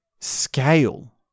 scale